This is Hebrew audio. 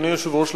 אדוני היושב-ראש,